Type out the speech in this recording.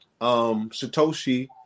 Satoshi